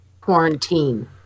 Quarantine